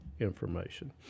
information